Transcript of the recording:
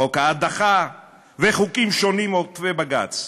חוק ההדחה וחוקים שונים עוקפי-בג"ץ,